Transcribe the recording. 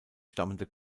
stammende